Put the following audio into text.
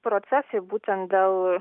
procesai būtent dėl